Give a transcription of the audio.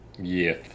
Yes